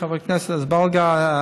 אדוני, חבר הכנסת אזברגה,